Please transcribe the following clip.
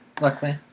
Luckily